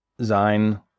Sein